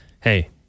Hey